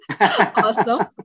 Awesome